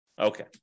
Okay